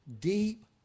deep